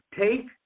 Take